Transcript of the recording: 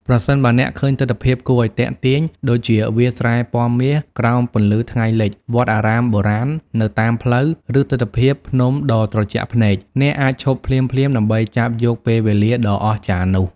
ប្រសិនបើអ្នកឃើញទិដ្ឋភាពគួរឱ្យទាក់ទាញ ដូចជាវាលស្រែពណ៌មាសក្រោមពន្លឺថ្ងៃលិច វត្តអារាមបុរាណនៅតាមផ្លូវ ឬទិដ្ឋភាពភ្នំដ៏ត្រជាក់ភ្នែក អ្នកអាចឈប់ភ្លាមៗដើម្បីចាប់យកពេលវេលាដ៏អស្ចារ្យនោះ។